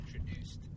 introduced